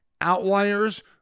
outliers